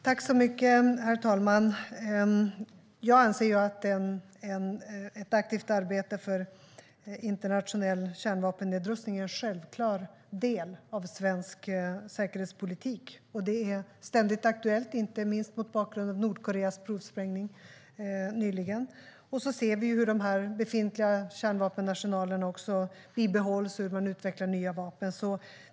Herr talman! Jag anser att ett aktivt arbete för internationell kärnvapennedrustning är en självklar del av svensk säkerhetspolitik. Det är ständigt aktuellt, inte minst mot bakgrund av Nordkoreas provsprängning nyligen. Vi ser också hur de befintliga kärnvapenarsenalerna bibehålls och att man utvecklar nya vapen.